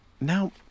Now